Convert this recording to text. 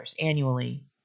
annually